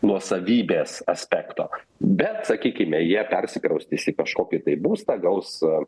nuosavybės aspekto bet sakykime jie persikraustys į kažkokį tai būstą gaus